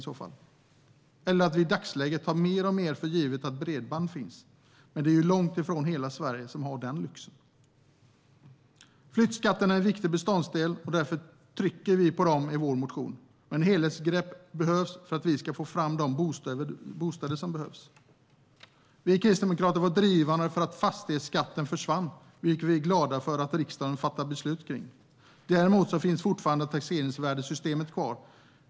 I dagsläget tar vi också mer och mer för givet att bredband finns. Men det är långt ifrån hela Sverige som har den lyxen. Flyttskatterna är en viktig beståndsdel, och därför trycker vi på dem i vår motion. Men helhetsgrepp behövs för att vi ska få fram de bostäder som behövs. Vi kristdemokrater var drivande för att fastighetsskatten försvann, vilket vi är glada för att riksdagen fattade beslut om. Däremot finns fortfarande taxeringsvärdessystemet kvar.